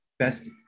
best